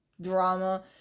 drama